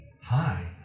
Hi